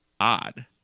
odd